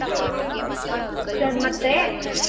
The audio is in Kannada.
ಹಾಂ ಸರ್ ಮತ್ತೆ